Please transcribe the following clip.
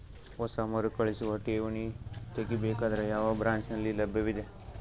ಹೊಸ ಮರುಕಳಿಸುವ ಠೇವಣಿ ತೇಗಿ ಬೇಕಾದರ ಯಾವ ಬ್ರಾಂಚ್ ನಲ್ಲಿ ಲಭ್ಯವಿದೆ?